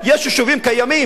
יש יישובים קיימים,